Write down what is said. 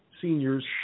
seniors